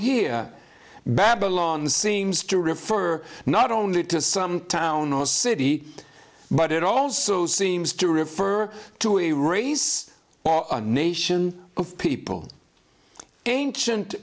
here babylon seems to refer not only to some town or city but it also seems to refer to a raise a nation of people ancient